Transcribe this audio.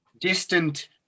distant